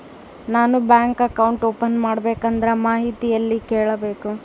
ನಾನು bank account open ಮಾಡಬೇಕಂದ್ರ ಮಾಹಿತಿ ಎಲ್ಲಿ ಕೇಳಬೇಕು?